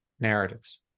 narratives